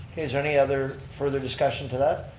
is there any other further discussion to that?